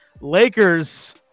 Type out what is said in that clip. Lakers